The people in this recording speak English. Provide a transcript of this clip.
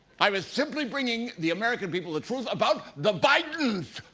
i was simply bringing the american people the truth about the bidens!